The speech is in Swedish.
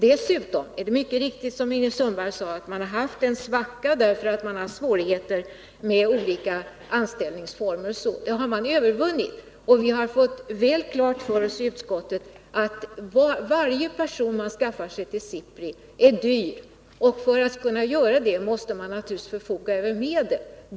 Dessutom har man, som Ingrid Sundberg mycket riktigt sade, haft en svacka i verksamheten därför att man har haft svårigheter med anställningsformer, avtal och sådant. Det har man nu övervunnit. Men vi har fått väl klart för oss i utskottet att varje person som knyts till SIPRI är dyr. För att kunna skaffa kompetent folk måste man naturligtvis förfoga över tillräckliga medel.